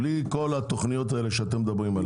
בלי כל התוכניות האלה שאתם מדברים עליהם.